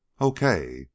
Okay